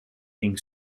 king